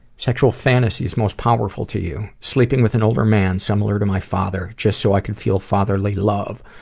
sexual fantasies most powerful to you? sleeping with an older man similar to my father, just so i can feel fatherly love.